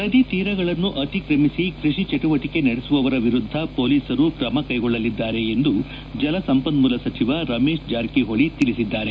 ನದಿ ತೀರಗಳನ್ನು ಅತಿಕ್ರಮಿಸಿ ಕೃಷಿ ಚಟುವಟಿಕೆ ನಡೆಸುವವರ ವಿರುದ್ಧ ಪೊಲೀಸರು ತ್ರಮ ಕೈಗೊಳ್ಳಲಿದ್ದಾರೆ ಎಂದು ಜಲಸಂಪನ್ಮೂಲ ಸಚಿವ ರಮೇಶ್ ಜಾರಕಿಹೊಳಿ ತಿಳಿಸಿದ್ದಾರೆ